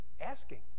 asking